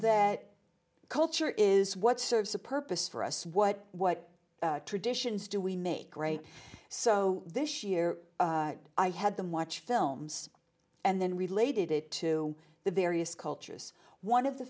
that culture is what serves a purpose for us what what traditions do we make great so this year i had them watch films and then related it to the various cultures one of the